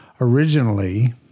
Originally